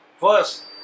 first